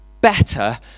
better